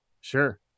Sure